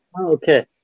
Okay